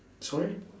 sorry